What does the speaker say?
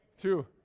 two